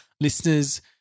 listeners